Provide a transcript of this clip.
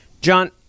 John